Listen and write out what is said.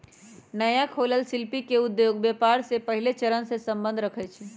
नया खोलल शिल्पि उद्योग व्यापार के पहिल चरणसे सम्बंध रखइ छै